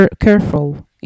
careful